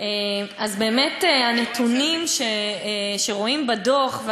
אם תרצי, אני אוסיף לך עוד.